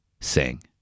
sing